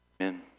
Amen